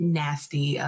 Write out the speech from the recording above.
nasty